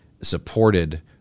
supported